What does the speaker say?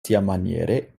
tiamaniere